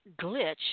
glitch